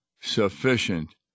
sufficient